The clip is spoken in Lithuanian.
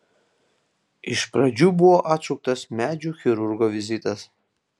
iš pradžių buvo atšauktas medžių chirurgo vizitas